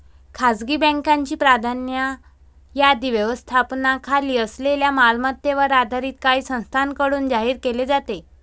खासगी बँकांची प्राधान्य यादी व्यवस्थापनाखाली असलेल्या मालमत्तेवर आधारित काही संस्थांकडून जाहीर केली जाते